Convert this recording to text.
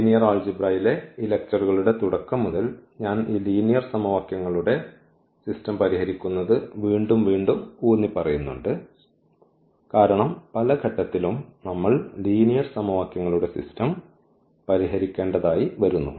linear അൽജിബ്രയിലെ ഈ ലെക്ച്ചർകളുടെ തുടക്കം മുതൽ ഞാൻ ഈ ലീനിയർ സമവാക്യങ്ങളുടെ സമവാക്യങ്ങളുടെ സിസ്റ്റം പരിഹരിക്കുന്നത് വീണ്ടും വീണ്ടും ഊന്നിപ്പറയുന്നുണ്ട് കാരണം പല ഘട്ടത്തിലും നമ്മൾ ലീനിയർ സമവാക്യങ്ങളുടെ സിസ്റ്റം പരിഹരിക്കേണ്ടത് ആയി വരുന്നു